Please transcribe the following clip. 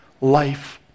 life